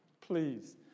Please